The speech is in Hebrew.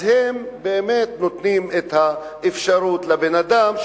הן באמת נותנות את האפשרות לבן-אדם,